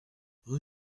rue